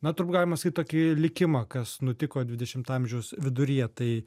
na turbūt galima sakyt tokį likimą kas nutiko dvidešimto amžiaus viduryje tai